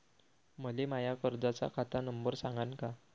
मले माया कर्जाचा खात नंबर सांगान का?